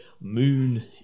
moon